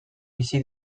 bizi